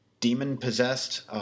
demon-possessed